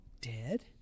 Dead